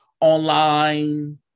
online